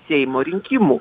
seimo rinkimų